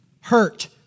hurt